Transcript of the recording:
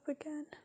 again